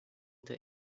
the